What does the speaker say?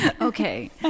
Okay